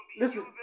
Listen